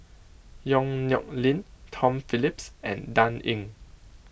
Yong Nyuk Lin Tom Phillips and Dan Ying